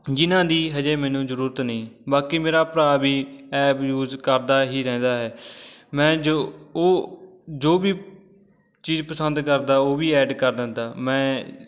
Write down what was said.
ਜਿਹਨਾਂ ਦੀ ਹਜੇ ਮੈਨੂੰ ਜ਼ਰੂਰਤ ਨਹੀਂ ਬਾਕੀ ਮੇਰਾ ਭਰਾ ਵੀ ਐਪ ਯੂਜ ਕਰਦਾ ਹੀ ਰਹਿੰਦਾ ਹੈ ਮੈਂ ਜੋ ਉਹ ਜੋ ਵੀ ਚੀਜ਼ ਪਸੰਦ ਕਰਦਾ ਉਹ ਵੀ ਐਡ ਕਰ ਦਿੰਦਾ ਮੈਂ